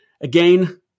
Again